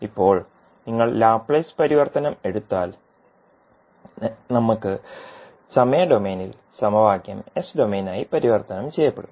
ഇപ്പോൾ നിങ്ങൾ ലാപ്ലേസ് പരിവർത്തനം എടുത്താൽ നമ്മൾക്ക് സമയ ഡൊമെയ്ൻ സമവാക്യം എസ് ഡൊമെയ്നായി പരിവർത്തനം ചെയ്യപ്പെടും